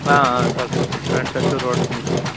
آ آ سَر بِلکُل فرٛنٹ سایِڈ چھُ روڈَس کُن کَرُن